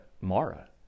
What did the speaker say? Mara